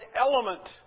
element